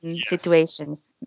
situations